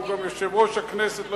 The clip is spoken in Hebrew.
והוא גם יושב-ראש הכנסת,